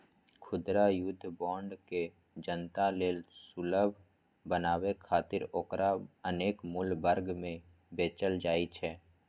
खुदरा युद्ध बांड के जनता लेल सुलभ बनाबै खातिर ओकरा अनेक मूल्य वर्ग मे बेचल जाइ छै